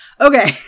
Okay